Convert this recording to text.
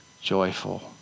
joyful